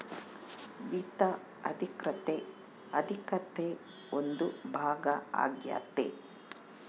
ವಿತ್ತ ಆರ್ಥಿಕತೆ ಆರ್ಥಿಕತೆ ಒಂದು ಭಾಗ ಆಗ್ಯತೆ